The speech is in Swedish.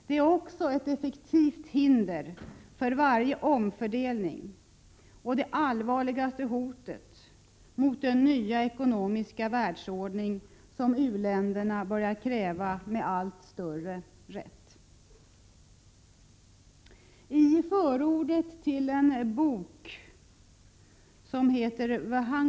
Det är också ett effektivt hinder för varje omfördelning och det allvarligaste hotet mot den nya ekonomiska världsordning som u-länderna börjar kräva med allt större rätt.